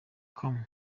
com